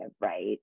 right